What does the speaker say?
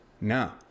No